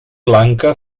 lanka